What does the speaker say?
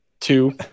two